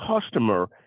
customer